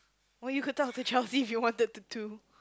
or you could talk to Chelsea if you wanted to do